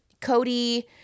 Cody